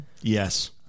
Yes